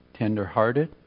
tenderhearted